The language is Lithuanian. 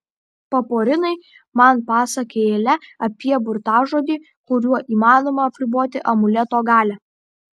paporinai man pasakėlę apie burtažodį kuriuo įmanoma apriboti amuleto galią